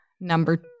number